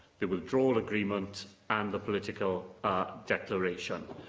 the withdrawal agreement and the political declaration.